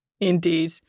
Indeed